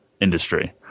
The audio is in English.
industry